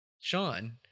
Sean